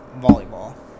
volleyball